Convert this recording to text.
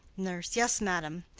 nurse. yes, madam.